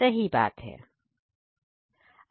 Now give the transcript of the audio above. सही बात है